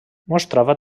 mostrava